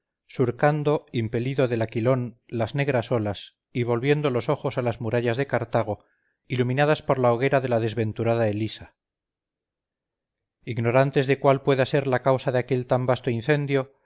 surcando impelido del aquilón las negras olas y volviendo los ojos a las murallas de cartago iluminadas por la hoguera de la desventurada elisa ignorantes de cuál pueda ser la causa de aquel tan vasto incendio